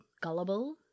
gullible